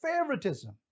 favoritism